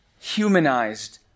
humanized